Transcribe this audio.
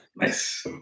nice